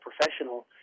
professional